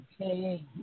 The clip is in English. Okay